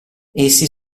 essi